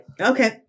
okay